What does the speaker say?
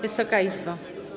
Wysoka Izbo!